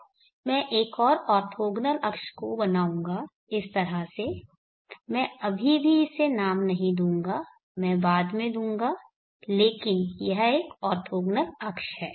अब मैं एक और ऑर्थोगोनल अक्ष को बनाऊंगा इस तरह से मैं अभी भी इसे नाम नहीं दूंगा मैं बाद में दूंगा लेकिन यह एक ऑर्थोगोनल अक्ष है